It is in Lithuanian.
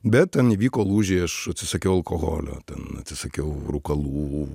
bet ten įvyko lūžiai aš atsisakiau alkoholio ten atsisakiau rūkalų